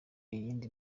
iyindi